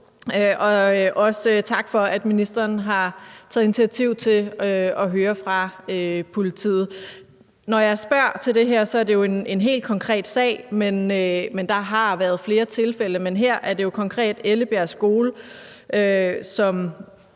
Også tak for, at ministeren har taget initiativ til at høre fra politiet. Når jeg spørger til det her, er det jo en helt konkret sag, men der har været flere tilfælde. Men her er det jo konkret Ellebjerg Skole, som